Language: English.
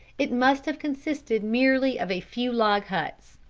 it must have consisted merely of a few log huts.